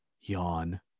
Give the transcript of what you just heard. Yawn